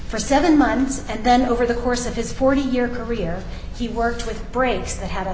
for seven months and then over the course of his forty year career he worked with breaks that ha